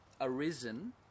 arisen